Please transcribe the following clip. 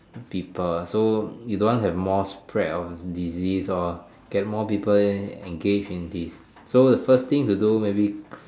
people so you don't want to have more spread of disease orh get more people engaged in this so the first thing to do maybe